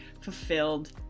fulfilled